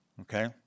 Okay